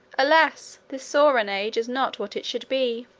alas! this saurian age is not what it should be!